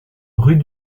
rue